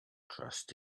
trust